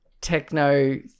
techno